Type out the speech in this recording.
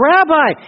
Rabbi